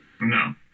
No